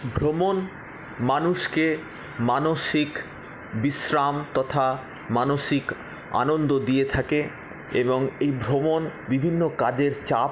ভ্রমণ মানুষকে মানসিক বিশ্রাম তথা মানসিক আনন্দ দিয়ে থাকে এবং এই ভ্রমণ বিভিন্ন কাজের চাপ